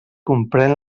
compren